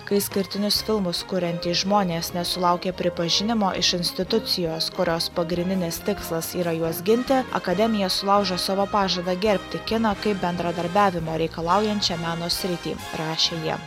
kai išskirtinius filmus kuriantys žmonės nesulaukia pripažinimo iš institucijos kurios pagrindinis tikslas yra juos ginti akademija sulaužo savo pažadą gerbti kiną kaip bendradarbiavimo reikalaujančią meno sritį rašė jie